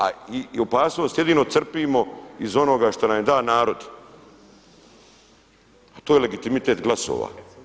A i opasnost jedino crpimo iz onoga što nam je dao narod a to je legitimitet glasova.